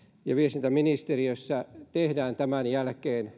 ja viestintäministeriössä heti tämän jälkeen